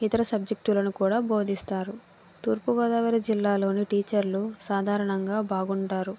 ఇతర సబ్జెక్టులను కూడా బోధిస్తారు తూర్పు గోదావరి జిల్లాలోని టీచర్లు సాధారణంగా బాగుంటారు